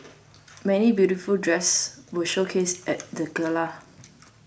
many beautiful dresses were showcased at the gala